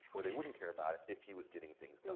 or they wouldn't care about it if he was getting things done.